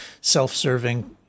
self-serving